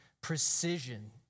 precision